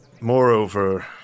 moreover